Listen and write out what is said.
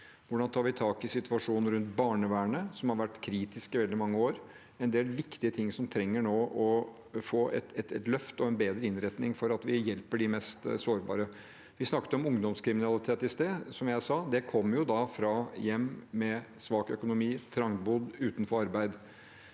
Hvordan tar vi tak i situasjonen rundt barnevernet, som har vært kritisk i veldig mange år? Det er en del viktige ting som nå trenger å få et løft og en bedre innretning for at vi kan hjelpe de mest sårbare. Vi snakket om ungdomskriminalitet i sted. Som jeg sa: Det kommer fra hjem med svak økonomi, trangboddhet og å